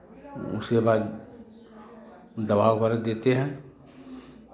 उसके बाद दवा वगैरह देते हैं